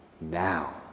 Now